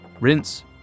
Rinse